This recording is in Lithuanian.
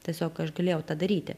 tiesiog aš galėjau tą daryti